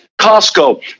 Costco